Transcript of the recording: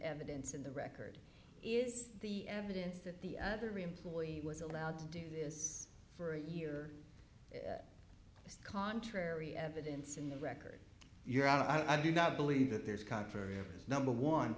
evidence in the record is the evidence that the other employee was allowed to do this for a year contrary evidence in the record your honor i do not believe that there is contrary evidence number one